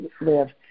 live